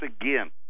again